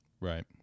Right